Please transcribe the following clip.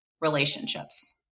relationships